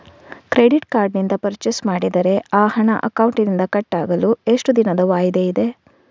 Credit card ನಿಂದ purchase ಮಾಡಿದರೆ ಆ ಹಣ ಅಕೌಂಟಿನಿಂದ ಕಟ್ ಆಗಲು ಎಷ್ಟು ದಿನದ ವಾಯಿದೆ ಇದೆ?